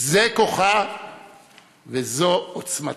זה כוחה וזו עוצמתה.